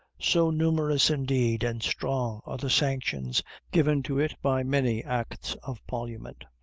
so numerous, indeed, and strong, are the sanctions given to it by many acts of parliament,